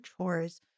chores